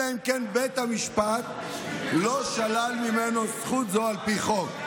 אלא אם כן בית המשפט שלל ממנו זכות זו על פי חוק.